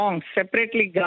separately